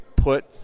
Put